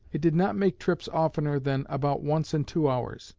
it did not make trips oftener than about once in two hours.